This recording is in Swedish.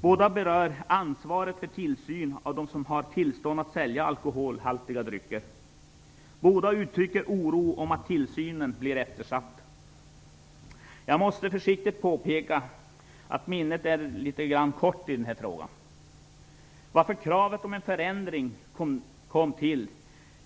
Båda berör ansvaret för tillsyn av dem som har tillstånd att sälja alkoholhaltiga drycker. Båda uttrycker oro för att tillsynen blir eftersatt. Jag måste försiktigtvis påpeka att minnet är litet kort i den här frågan. Kravet på en förändring kom ju till